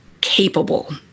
capable